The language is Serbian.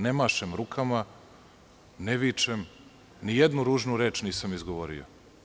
Ne mašem rukama, ne vičem, nijednu ružnu reč nisam izgovorio.